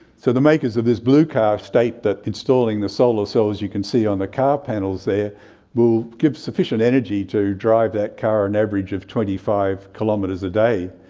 so the makers of this blue car state that installing the solar cells you can see on the car panels there will give sufficient energy to drive that car an and average of twenty five kilometres a day.